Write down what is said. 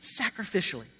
sacrificially